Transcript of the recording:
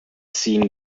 seen